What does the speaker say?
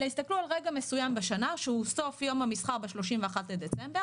אלא הסתכלו על רגע מסוים בשנה שהוא סוף יום המסחר ב-31 בדצמבר,